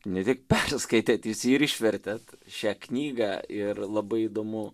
ne tik persiskaitėt jūs ir išvertėt šią knygą ir labai įdomu